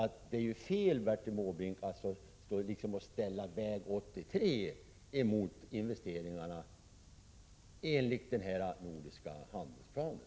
Därför är det fel av Bertil Måbrink att ställa väg 83 mot investeringarna i den nordiska handlingsplanen.